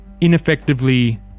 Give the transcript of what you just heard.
ineffectively